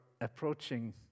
approaching